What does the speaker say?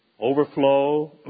Overflow